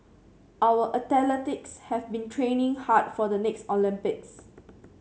our have been training hard for the next Olympics